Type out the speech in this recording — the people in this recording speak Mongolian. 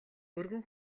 өргөн